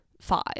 five